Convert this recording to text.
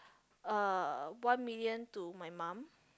uh one million to my mum